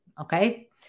okay